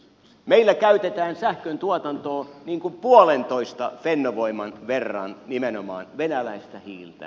meillä käytetään sähköntuotantoon puolentoista fennovoiman verran nimenomaan venäläistä hiiltä